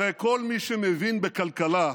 הרי כל מי שמבין בכלכלה יודע,